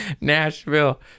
Nashville